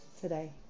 today